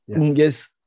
Yes